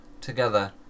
together